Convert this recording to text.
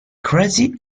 crazy